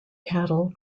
cattle